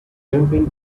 jumping